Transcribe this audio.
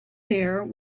there